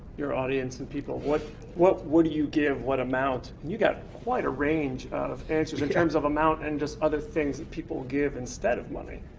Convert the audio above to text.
your audience and people, what what do you give? what amount? and you got quite a range of answers in terms of amount and just other things that people give instead of money.